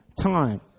time